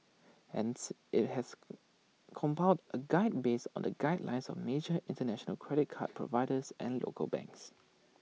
hence IT has come compiled A guide based on the guidelines of major International credit card providers and local banks